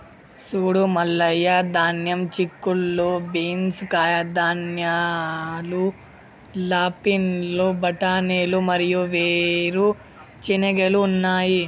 సూడు మల్లయ్య ధాన్యం, చిక్కుళ్ళు బీన్స్, కాయధాన్యాలు, లూపిన్లు, బఠానీలు మరియు వేరు చెనిగెలు ఉన్నాయి